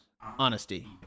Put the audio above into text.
Honesty